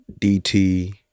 DT